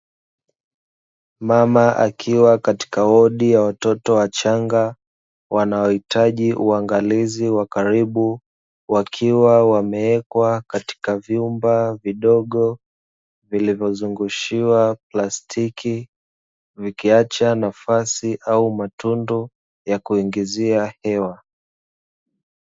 Mama akiwa katika wodi ya watoto wachanga wanaohitaji uangalizi wa karibu, wakiwa wameekwa katika vyumba vidogo vilivyozungushiwa plastiki vikiacha nafasi au matundu ya kuingizia hewa.